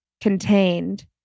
contained